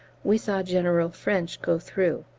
we saw general french go through.